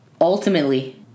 Ultimately